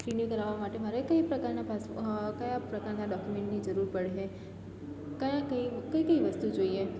renew કરાવા માટે મારે કઈ પ્રકારના કયા પ્રકારના ડોક્યુમેન્ટની જરૂર પડશે કયા કઈ કઈ કઈ વસ્તુ જોઈએ